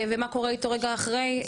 ומה קורה איתו רגע אחרי.